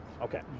okay